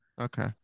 Okay